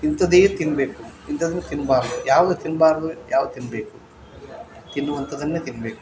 ಇಂಥದ್ದೇ ತಿನ್ನಬೇಕು ಇಂಥದ್ದನ್ನು ತಿನ್ನಬಾರ್ದು ಯಾವುದು ತಿನ್ನಬಾರ್ದು ಯಾವ್ದು ತಿನ್ನಬೇಕು ತಿನ್ನುವಂಥದ್ದನ್ನೇ ತಿನ್ನಬೇಕು